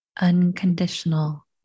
unconditional